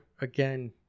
again